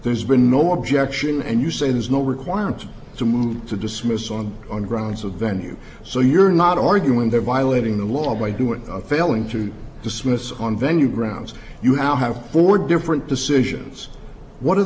there's been no more projection and you say there's no requirement to move to dismiss on grounds of venue so you're not arguing they're violating the law by doing a failing to dismiss on venue grounds you now have four different decisions what are